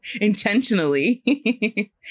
intentionally